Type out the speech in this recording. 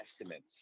estimates